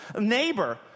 Neighbor